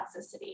toxicity